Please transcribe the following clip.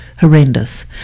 horrendous